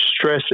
stress